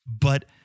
But-